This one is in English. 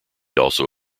also